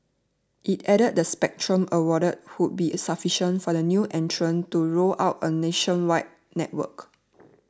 it added the spectrum awarded would be sufficient for the new entrant to roll out a nationwide network